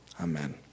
amen